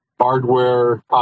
hardware